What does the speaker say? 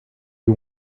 you